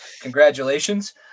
congratulations